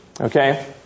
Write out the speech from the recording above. Okay